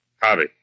Hobby